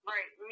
Right